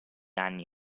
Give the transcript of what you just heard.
anni